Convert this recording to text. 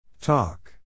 Talk